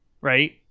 right